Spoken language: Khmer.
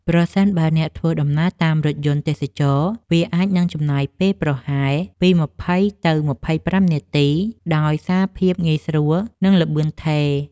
ប្រសិនបើអ្នកធ្វើដំណើរតាមរថយន្តទេសចរណ៍ វាអាចនឹងចំណាយពេលប្រហែលពី ២០ ទៅ ២៥ នាទី ដោយសារភាពងាយស្រួល និងល្បឿនថេរ។